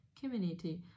community